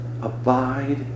Abide